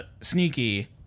sneaky